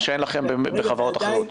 מה שאין בחברות אחרות.